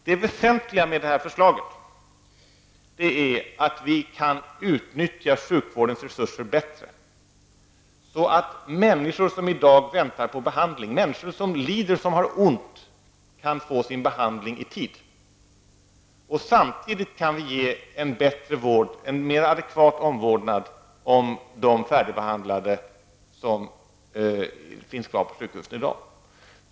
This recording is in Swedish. Det väsentliga med detta förslag är att vi kan utnyttja sjukvårdens resurser bättre, så att människor som i dag väntar på behandling, människor som lider och har ont, kan få sin behandling i tid. Vi kan samtidigt ge en bättre vård, en mer adekvat omvårdnad, till de färdigbehandlade som i dag finns kvar på sjukhusen.